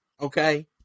okay